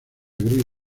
gris